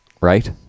right